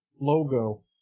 logo